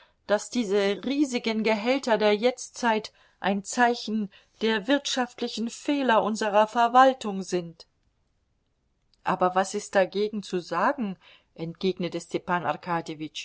daß diese riesigen gehälter der jetztzeit ein zeichen der wirtschaftlichen fehler unserer verwaltung sind aber was ist dagegen zu sagen entgegnete